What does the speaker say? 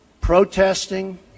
protesting